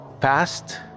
past